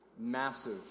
Massive